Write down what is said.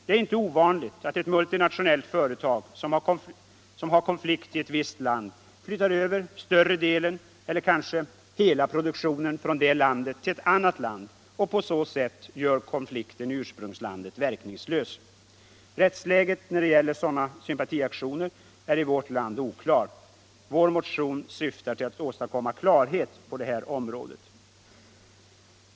Det är inte ovanligt att ett multinationellt företag som har en konflikt i ett visst land flyttar över större delen eller kanske hela produktionen från det landet till ett annat land och på så sätt gör konflikten i ursprungslandet verkningslös. Rättsläget i fråga om sådana sympatiaktioner är i vårt land oklart. Vår motion syftar till att åstadkomma klarhet på detta område.